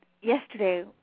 yesterday